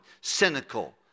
cynical